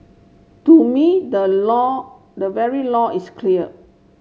to me the law the very law is clear